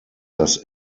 das